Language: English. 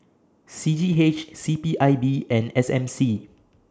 C G H C P I B and S M C